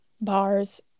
bars